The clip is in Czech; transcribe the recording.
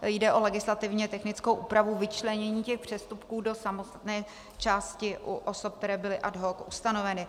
Jde o legislativně technickou úpravu vyčlenění přestupků do samostatné části u osob, které byly ad hoc ustanoveny.